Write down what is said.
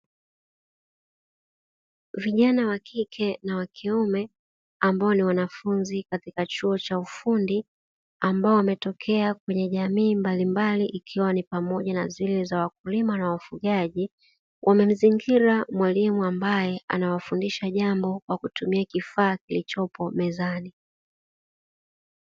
Vijana wa kike na wa kiume ambao ni wanafunzi katika chuo cha ufundi, ambao wametokea kwenye jamii mbalimbali ikiwa ni pamoja na zile za wakulima na wafugaji. Wamemzingira mwalimu ambaye anawafundisha jambo kwa kutumia kifaa kilichopo mezani.